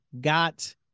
got